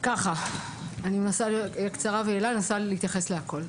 אנסה להיות קצרה ויעילה ולהתייחס לכול.